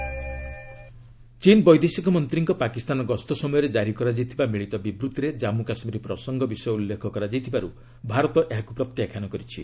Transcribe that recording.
India Pak China ଚୀନ୍ ବୈଦେଶିକ ମନ୍ତ୍ରୀଙ୍କ ପାକିସ୍ତାନ ଗସ୍ତ ସମୟରେ ଜାରି କରାଯାଇଥିବା ମିଳିତ ବିବୃତ୍ତିରେ ଜାନ୍ମ କାଶ୍ରୀର ପ୍ରସଙ୍ଗ ବିଷୟ ଉଲ୍ଲ୍ଙ୍ଖ କରାଯାଇଥିବାରୁ ଭାରତ ଏହାକୁ ପ୍ରତ୍ୟାଖ୍ୟାନ କରିଛି